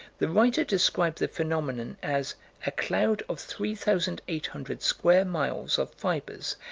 the writer described the phenomenon as a cloud of three thousand eight hundred square miles of fibers,